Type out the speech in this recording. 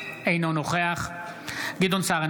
אינו נוכח גדעון סער,